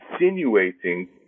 insinuating